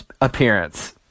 appearance